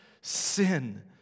sin